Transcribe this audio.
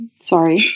sorry